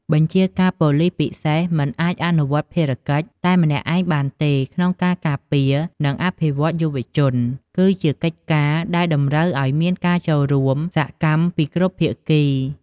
បញ្ជាការប៉ូលិសពិសេស មិនអាចអនុវត្តភារកិច្ចតែម្នាក់ឯងបានទេ ក្នុងការការពារ និងអភិវឌ្ឍយុវជន គឺជាកិច្ចការដែលតម្រូវឲ្យមានការចូលរួមសកម្មពីគ្រប់ភាគី។